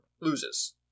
loses